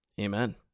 Amen